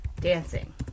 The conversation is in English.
dancing